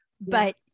but-